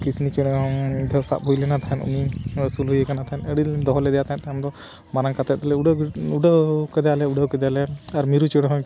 ᱠᱤᱥᱱᱤ ᱪᱮᱬᱮ ᱦᱚᱸ ᱢᱤᱫ ᱫᱷᱟᱣ ᱥᱟᱵ ᱦᱩᱭ ᱞᱮᱱᱟ ᱛᱟᱦᱮᱱ ᱩᱱᱤ ᱟᱹᱥᱩᱞ ᱦᱩᱭ ᱟᱠᱟᱱᱟ ᱛᱟᱦᱮᱱ ᱟᱹᱰᱤ ᱞᱮ ᱫᱚᱦᱚ ᱞᱮᱫᱮᱭᱟ ᱛᱟᱦᱮᱸᱫ ᱛᱟᱭᱚᱢ ᱫᱚ ᱢᱟᱨᱟᱝ ᱠᱟᱛᱮᱫ ᱞᱮ ᱩᱰᱟᱹᱣ ᱩᱰᱟᱹᱣ ᱠᱮᱫᱮᱭᱟᱞᱮ ᱩᱰᱟᱹᱣ ᱠᱮᱫᱮᱭᱟᱞᱮ ᱟᱨ ᱢᱤᱨᱩ ᱪᱮᱬᱮ ᱦᱚᱸ